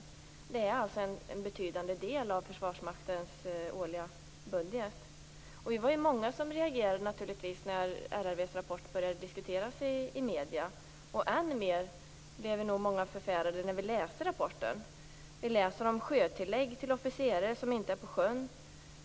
Lönekostnaderna utgör alltså en betydande del av Försvarsmaktens årliga budget. Vi var naturligtvis många som reagerade när RRV:s rapport började diskuteras i medierna. Vi var nog många som blev än mer förfärade när vi läste rapporten. Vi läser om sjötillägg till officerare som inte är på sjön.